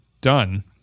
done